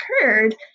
occurred